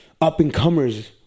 up-and-comers